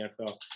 NFL